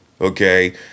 okay